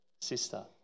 sister